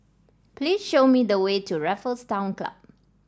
please show me the way to Raffles Town Club